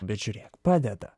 bet žiūrėk padeda